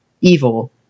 evil